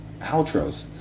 outros